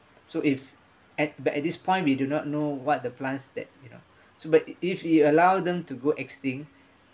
so if at but at this point we do not know what the plants that you know so but if we allow them to go extinct